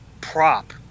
prop